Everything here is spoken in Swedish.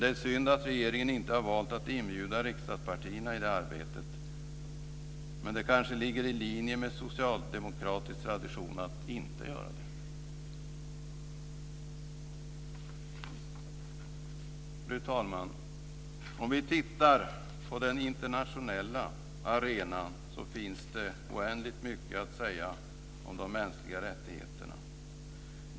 Det är synd att regeringen inte har valt att inbjuda riksdagspartierna i detta arbete, men det kanske ligger i linje med socialdemokratisk tradition att inte göra det. Fru talman! På den internationella arenan finns det oändligt mycket att säga om de mänskliga rättigheterna.